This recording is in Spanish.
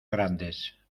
grandes